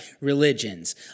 religions